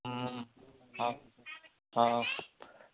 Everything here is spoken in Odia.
ହଁ ହଁ